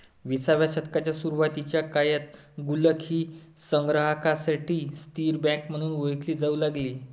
विसाव्या शतकाच्या सुरुवातीच्या काळात गुल्लक ही संग्राहकांसाठी स्थिर बँक म्हणून ओळखली जाऊ लागली